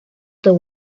the